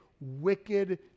wicked